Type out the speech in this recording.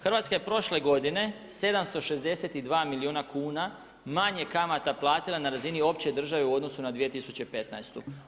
Hrvatska je prošle godine 762 milijuna kuna manje kamata platila na razini opće države u odnosu na 2015.